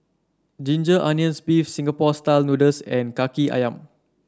Ginger Onions beef Singapore style noodles and kaki ayam